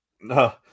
No